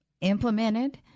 implemented